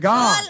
God